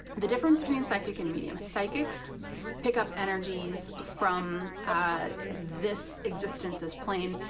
the difference between psychic and medium, psychics pick up energies from this existence, this plane,